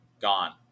gone